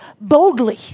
boldly